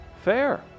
Fair